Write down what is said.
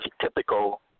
typical